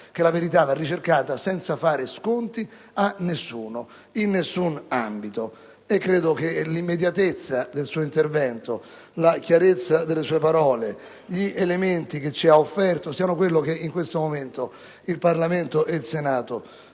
che la verità va ricercata senza fare sconti a nessuno, in nessun ambito. Credo inoltre che l'immediatezza del suo intervento, la chiarezza delle sue parole e gli elementi che ci ha offerto siano quello che in questo momento il Senato